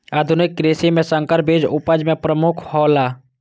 आधुनिक कृषि में संकर बीज उपज में प्रमुख हौला